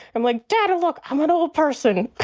i'm like, dad, look, i'm an old person